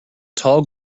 tall